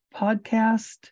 podcast